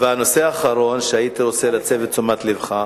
הנושא האחרון שהייתי רוצה להסב אליו את תשומת לבך,